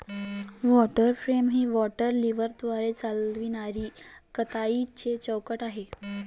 water frame ही water व्हीलद्वारे चालविणारी कताईची चौकट आहे